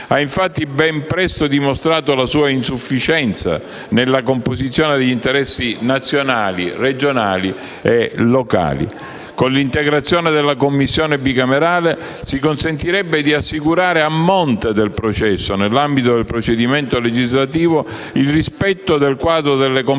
ha infatti ben presto dimostrato la sua insufficienza nella composizione degli interessi nazionali, regionali e locali. Con l'integrazione della Commissione bicamerale si consentirebbe di assicurare a monte del processo, nell'ambito del procedimento legislativo, il rispetto del quadro delle competenze